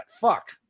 Fuck